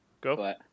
Go